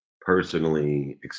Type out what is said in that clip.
personally